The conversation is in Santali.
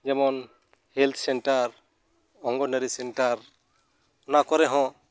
ᱡᱮᱢᱚᱱ ᱦᱮᱞᱛᱷ ᱥᱮᱱᱴᱟᱨ ᱚᱝᱜᱚᱱᱣᱟᱨᱤ ᱥᱮᱱᱴᱟᱨ ᱚᱱᱟ ᱠᱚᱨᱮ ᱦᱚᱸ